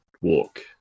walk